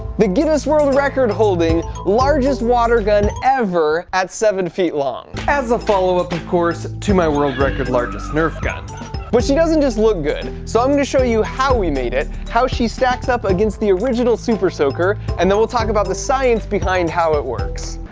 the guinness world record holding largest water gun ever at seven feet long. as a follow-up, of course, to my world record largest nerf gun but, she doesn't just look good. so i'm going to show you how we made it, how she stacks up against the original super soaker and then we'll talk about the science behind how it works